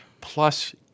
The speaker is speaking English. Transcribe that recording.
plus